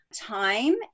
Time